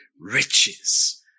riches